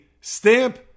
stamp